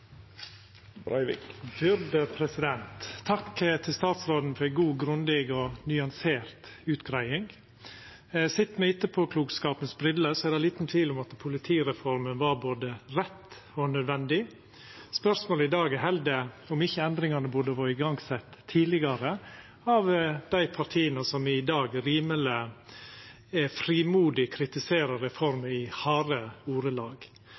til statsråden for ei god, grundig og nyansert utgreiing. Sett med etterpåklokskapens briller er det liten tvil om at politireforma var både rett og nødvendig. Spørsmålet i dag er heller om ikkje endringane burde vore sette i gang tidlegare av dei partia som i dag rimeleg frimodig kritiserer reforma i harde ordelag,